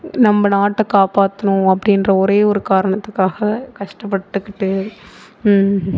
நம்ப நாட்டை காப்பாற்றணும் அப்படின்ற ஒரே ஒரு காரணத்துக்காக கஷ்டப்பட்டுக்கிட்டு